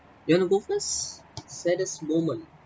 you want to go first saddest moment